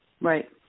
Right